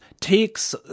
takes